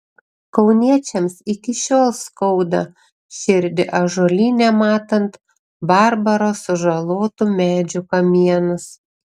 kauniečiams iki šiol skauda širdį ąžuolyne matant barbaro sužalotų medžių kamienus